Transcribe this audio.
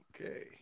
Okay